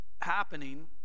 happening